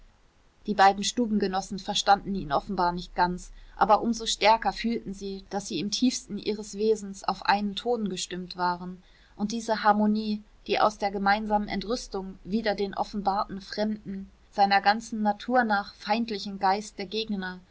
die beiden stubengenossen verstanden ihn offenbar nicht ganz aber um so stärker fühlten sie daß sie im tiefsten ihres wesens auf einen ton gestimmt waren und diese harmonie die aus der gemeinsamen entrüstung wider den offenbarten fremden seiner ganzen natur nach feindlichen geist der gegner